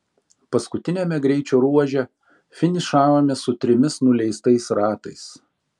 paskutiniame greičio ruože finišavome su trimis nuleistais ratais